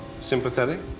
Sympathetic